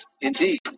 indeed